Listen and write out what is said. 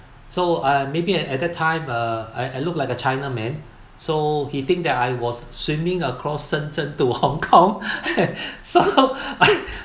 so uh maybe at that time uh uh I I look like a china man so he think that I was swimming across shenzhen to Hong-Kong so I